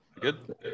Good